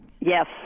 yes